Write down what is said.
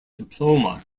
diploma